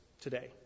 today